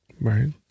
Right